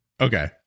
okay